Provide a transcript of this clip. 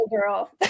girl